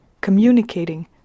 communicating